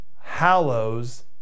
Hallows